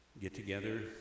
get-together